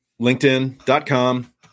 LinkedIn.com